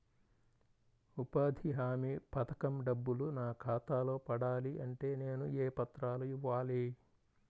ఉపాధి హామీ పథకం డబ్బులు నా ఖాతాలో పడాలి అంటే నేను ఏ పత్రాలు ఇవ్వాలి?